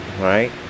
Right